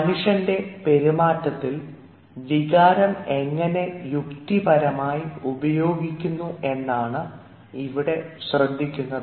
മനുഷ്യൻറെ പെരുമാറ്റത്തിൽ വികാരം എങ്ങനെ യുക്തിപരമായി ഉപയോഗിക്കുന്നു എന്നാണ് ഇവിടെ ശ്രദ്ധിക്കുന്നത്